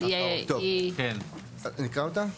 נקרא אותה?